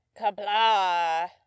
Kabla